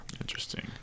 interesting